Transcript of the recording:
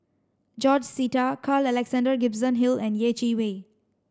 George Sita Carl Alexander Gibson Hill and Yeh Chi Wei